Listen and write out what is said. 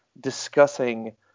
discussing